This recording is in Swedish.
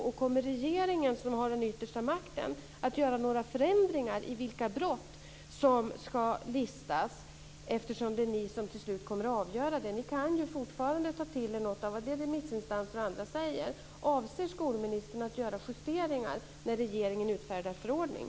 Och kommer regeringen, som har den yttersta makten, att göra några förändringar när det gäller vilka brott som ska listas, eftersom det är regeringen som till slut kommer att avgöra det? Regeringen kan ju fortfarande ta till sig något av det som remissinstanser och andra säger. Avser skolministern att göra justeringar när regeringen utfärdar förordning?